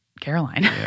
Caroline